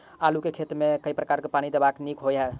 आलु केँ खेत मे केँ प्रकार सँ पानि देबाक नीक होइ छै?